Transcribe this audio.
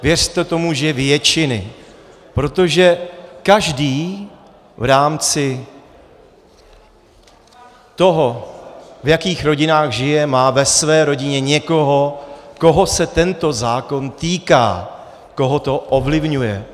Věřte tomu, že většiny, protože každý v rámci toho, v jakých rodinách žije, má ve své rodině někoho, koho se tento zákon týká, koho to ovlivňuje.